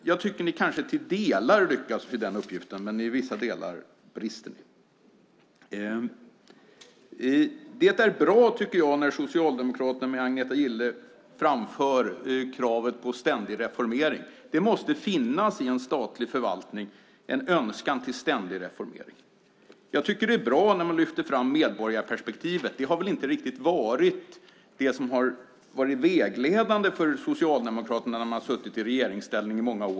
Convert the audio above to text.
Till delar lyckas ni kanske med den uppgiften, men i vissa delar brister ni. Jag tycker att det är bra att Socialdemokraterna genom Agneta Gille framför kravet på ständig reformering. I en statlig förvaltning måste det finnas en önskan till ständig reformering. Det är också bra att medborgarperspektivet lyfts fram, för det har väl inte riktigt varit det vägledande för Socialdemokraterna när de i många år varit i regeringsställning.